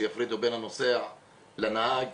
שיפרידו בין הנוסע לנהג.